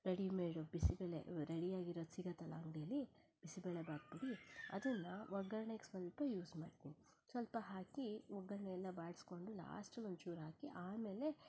readymade bisibele ರೆಡಿಯಾಗಿರೋದು ಸಿಗತ್ತಲ್ಲ ಅಂಗಡೀಲಿ ಬಿಸಿಬೇಳೆಬಾತ್ ಪುಡಿ ಅದನ್ನು ಒಗ್ಗರಣೆಗೆ ಸ್ವಲ್ಪ ಯೂಸ್ ಮಾಡ್ತೀನಿ ಸ್ವಲ್ಪ ಹಾಕಿ ಒಗ್ಗರಣೆನ ಬಾಡಿಸ್ಕೊಂಡು ಲಾಸ್ಟಲ್ಲಿ ಒಂಚೂರು ಹಾಕಿ ಆಮೇಲೆ